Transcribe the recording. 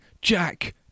Jack